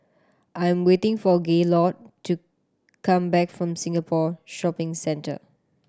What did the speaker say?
I'm waiting for Gaylord to come back from Singapore Shopping Centre